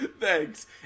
Thanks